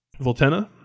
Voltena